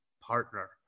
partner